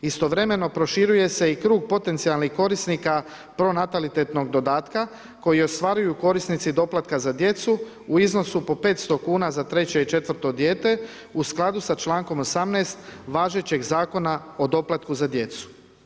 Istovremeno proširuje se i krug potencijalnih korisnika pronatalitetnog dodatka koji ostvaruju korisnici doplatka za djecu u iznosu po 500 kuna za treće i četvrto dijete u skladu sa člankom 18. važećeg Zakona o doplatku za djecu.